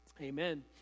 Amen